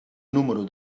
número